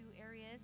areas